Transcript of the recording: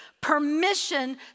permission